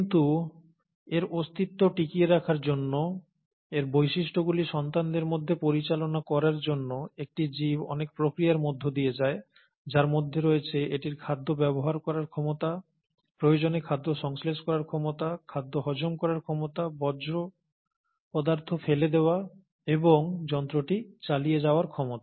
কিন্তু এর অস্তিত্ব টিকিয়ে রাখার জন্য এর বৈশিষ্ট্য গুলি সন্তানদের মধ্যে পরিচালনা করার জন্য একটি জীব অনেক প্রক্রিয়ার মধ্য দিয়ে যায় যার মধ্যে রয়েছে এটির খাদ্য ব্যবহার করার ক্ষমতা প্রয়োজনে খাদ্য সংশ্লেষ করার ক্ষমতা খাদ্য হজম করার ক্ষমতা বর্জ্য পদার্থ ফেলে দেওয়া এবং যন্ত্রটি চালিয়ে যাওয়ার ক্ষমতা